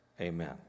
amen